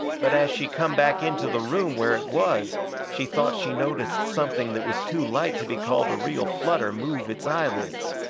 but as she come back into the room where it was she thought she noticed something that was too light to be called a real flutter move its eyelids,